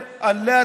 הערבית,